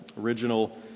original